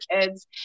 kids